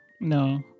no